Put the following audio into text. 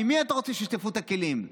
מי אתם רוצים שישטפו את הכלים?